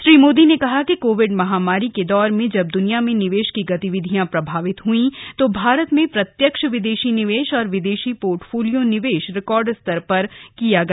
श्री मोदी ने कहा कि कोविड महामारी के दौर में जब दुनिया में निवेश की गतिविधियां प्रभावित हुई तो भारत में प्रत्यक्ष विदेशी निवेश और विदेशी पोर्टफोलियों निवेश रिकॉर्ड स्तर पर किया गया